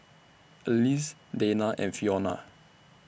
Alease Dayna and Fiona